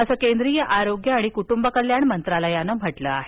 असं केंद्रीय आरोग्य आणि कुटुंबकल्याण मंत्रालयानं म्हटलं आहे